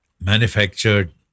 manufactured